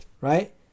right